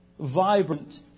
vibrant